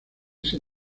ese